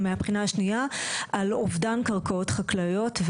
ומהבחינה השנייה על אובדן קרקעות חקלאיות,